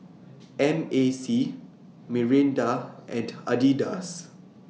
M A C Mirinda and Adidas